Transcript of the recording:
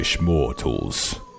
Mortals